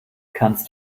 kannst